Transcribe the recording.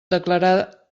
declarar